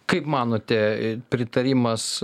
kaip manote pritarimas